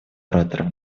ораторов